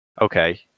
okay